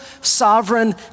sovereign